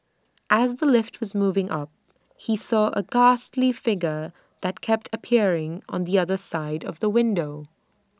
as the lift was moving up he saw A ghastly figure that kept appearing on the other side of the window